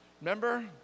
Remember